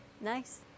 Nice